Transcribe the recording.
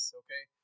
okay